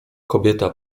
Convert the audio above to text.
kobieta